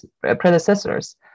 predecessors